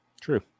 True